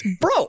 bro